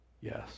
yes